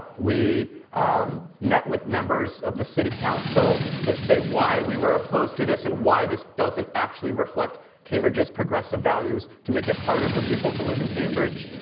we um met with members of the city council to say why we were opposed to this and why this doesn't actually reflect cambridge's progressive values to make it harder for people to live in cambridge.